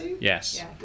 Yes